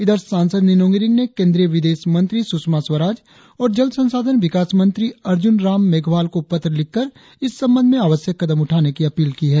इधर सासंद निनोंग इरिंग ने केंद्रीय विदेश मंत्री सुषमा स्वराज और जल संसाधन विकास मंत्री अर्जुन राम मेघवाल को पत्र लिखकर इस संबंध में आवश्यक कदम उठाने की अपील की है